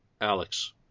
alex